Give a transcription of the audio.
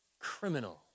criminal